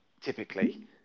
typically